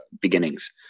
beginnings